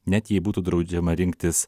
net jei būtų draudžiama rinktis